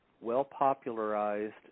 well-popularized